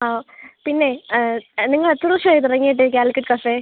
ആ പിന്നെ നിങ്ങളെത്ര വർഷം ആയി തുടങ്ങിയിട്ട് കാലിക്കറ്റ് കഫേ